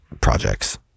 projects